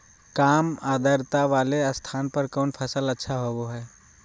काम आद्रता वाले स्थान पर कौन फसल अच्छा होबो हाई?